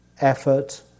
effort